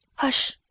hush!